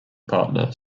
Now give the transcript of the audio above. partner